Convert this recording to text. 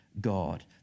God